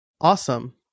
Awesome